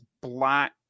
black